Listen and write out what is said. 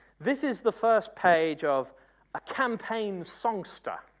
this is the first page of a campaign songster,